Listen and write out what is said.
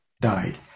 died